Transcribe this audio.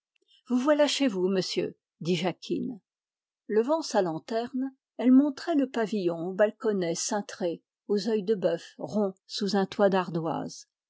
vous voilà chez vous monsieur dit jacquine levant sa lanterne elle montrait le pavillon aux balconnets cintrés aux œils de bœuf ronds sous un toit d'ardoise